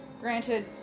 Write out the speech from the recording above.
Granted